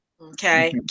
okay